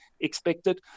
expected